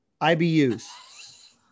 IBUs